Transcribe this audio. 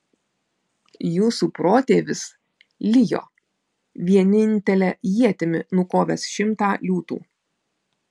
jūsų protėvis lijo vienintele ietimi nukovęs šimtą liūtų